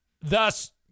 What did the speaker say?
Thus